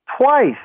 twice